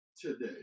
today